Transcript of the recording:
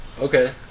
Okay